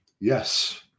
Yes